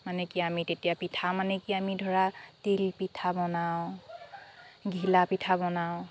মানে কি আমি তেতিয়া পিঠা মানে কি আমি ধৰা তিল পিঠা বনাওঁ ঘিলা পিঠা বনাওঁ